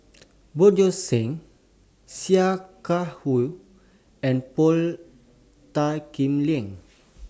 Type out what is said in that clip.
Bjorn Shen Sia Kah Hui and Paul Tan Kim Liang